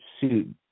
suit